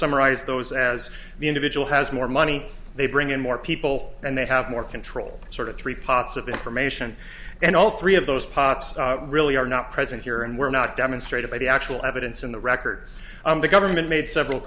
summarize those as the individual has more money they bring in more people and they have more control sort of three pots of information and all three of those pots really are not present here and we're not demonstrated by the actual evidence in the record on the government made several